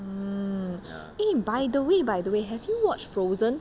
mmhmm eh by the way by the way have you watched frozen